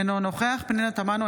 אינו נוכח פנינה תמנו,